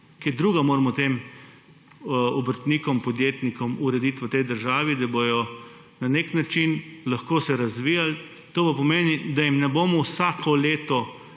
Kaj drugega moramo tem obrtnikom, podjetnikom urediti v tej državi, da se bodo na nek način lahko razvijali. To pa pomeni, da jih ne bomo vsako leto